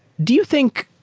do you think